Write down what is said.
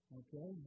okay